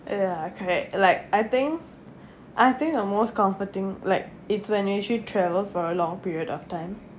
ya correct like I think I think the most comforting like it's when you actually travel for a long period of time